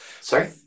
Sorry